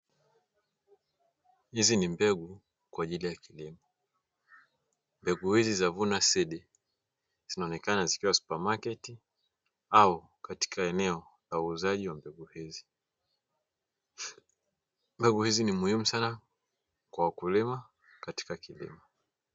Hizi ni mbegu kwa ajili ya kilimo. Mbegu hizi za "Vuna Seeds" zinaonekana zikiwa supamaketi au katika eneo la uuzaji wa mbegu hizi. Mbegu hizi ni muhimu sana kwa wakulima katika kilimo.